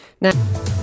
Now